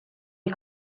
you